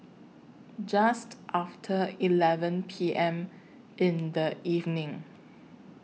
Just after eleven P M in The evening